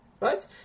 right